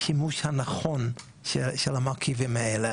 השימוש הנכון של המרכיבים האלה.